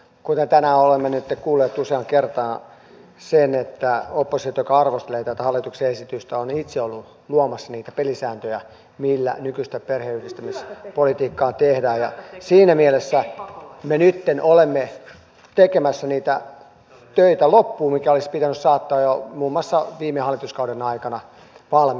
kuten tänään olemme nytten kuulleet useaan kertaan oppositio joka arvostelee tätä hallituksen esitystä on itse ollut luomassa niitä pelisääntöjä millä nykyistä perheenyhdistämispolitiikkaa tehdään ja siinä mielessä me nytten olemme tekemässä niitä töitä loppuun mitkä olisi pitänyt saattaa jo muun muassa viime hallituskauden aikana valmiiksi